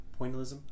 pointillism